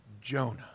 Jonah